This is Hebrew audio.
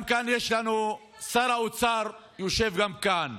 יש לנו גם שר האוצר שיושב כאן.